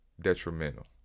detrimental